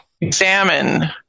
examine